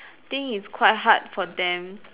think it's quite hard for them